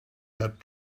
had